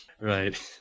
right